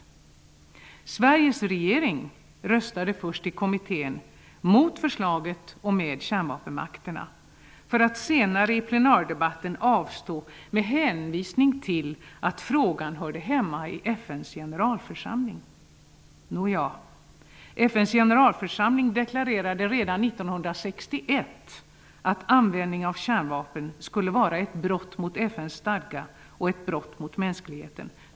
Sveriges regering röstade först i kommittén mot förslaget och med kärnvapenmakterna för att senare i plenardebatten avstå med hänvisning till att frågan hörde hemma i FN:s generalförsamling. Nåja, FN:s generalförsamling deklarerade redan l96l att användning av kärnvapen skulle vara ett brott mot FN:s stadga och ett brott mot mänskligheten.